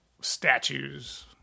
statues